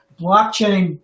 blockchain